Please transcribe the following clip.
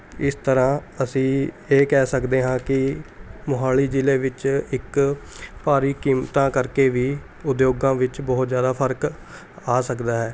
ਇਸ ਤਰ੍ਹਾਂ ਅਸੀਂ ਇਹ ਕਹਿ ਸਕਦੇ ਹਾਂ ਕਿ ਮੋਹਾਲੀ ਜ਼ਿਲ੍ਹੇ ਵਿੱਚ ਇੱਕ ਭਾਰੀ ਕੀਮਤਾਂ ਕਰਕੇ ਵੀ ਉਦਯੋਗਾਂ ਵਿੱਚ ਬਹੁਤ ਜ਼ਿਆਦਾ ਫ਼ਰਕ ਆ ਸਕਦਾ ਹੈ